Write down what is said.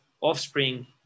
offspring